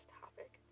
topic